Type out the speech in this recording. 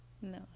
No